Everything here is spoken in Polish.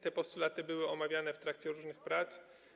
Te postulaty były omawiane w trakcie różnych prac.